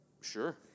Sure